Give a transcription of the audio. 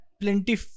plenty